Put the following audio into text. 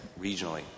regionally